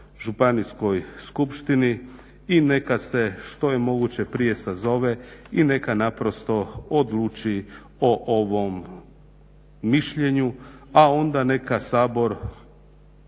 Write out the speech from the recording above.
županijskoj skupštini i neka se što je moguće prije sazove i neka naprosto odluči o ovom mišljenju a onda neka Sabor